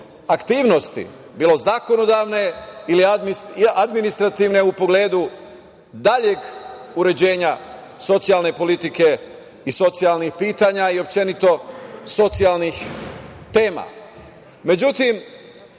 aktivnosti, bilo zakonodavne ili administrativne, u pogledu daljeg uređenja socijalne politike i socijalnih pitanja i, općenito, socijalnih